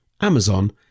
Amazon